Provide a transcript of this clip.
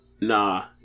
Nah